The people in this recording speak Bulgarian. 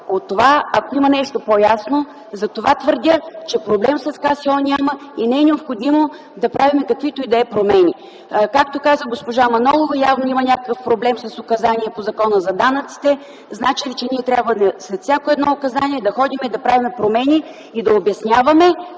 От това, ако има нещо по-ясно... Затова твърдя, че проблем с КСО няма и не е необходимо да правим каквито и да е промени. Както каза госпожа Манолова, явно има някакъв проблем с указания по Закона за данъците. Значи ли, че ние след всяко едно указание трябва да ходим и да правим промени, и да обясняваме